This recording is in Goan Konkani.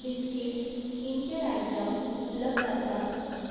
बिस्किट्स स्किनकेर आयटम्स उपलब्द आसा